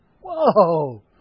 Whoa